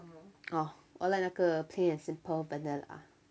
oh 我 like 那个 plain and simple vanilla